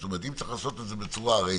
זאת אומרת שאם צריך לעשות את זה בצורה הרי